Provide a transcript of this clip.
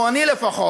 או אני לפחות,